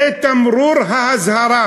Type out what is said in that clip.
זה תמרור האזהרה.